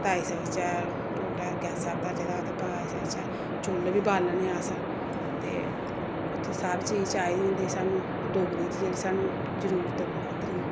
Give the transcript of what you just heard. परताई सकचै ढोड्ढा गैसा धरे दा होऐ ते पकाई सकचै चु'ल्ल बी बालने आं अस ते उ'त्थूं सब चीज चाहिदी होंदी सानूं डोगरी च जेह्ड़ी सानूं जरूरत